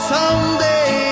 Someday